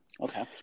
Okay